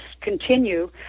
continue